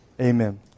Amen